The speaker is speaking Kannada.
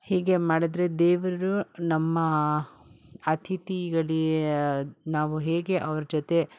ಹೀಗೆ ಮಾಡಿದ್ರೆ ದೇವರು ನಮ್ಮ ಅತಿಥಿಗಳೆಯೇ ನಾವು ಹೇಗೆ ಅವ್ರ ಜೊತೆ